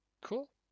Cool